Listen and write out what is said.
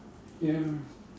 ya